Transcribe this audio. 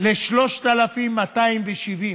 ל-3,270.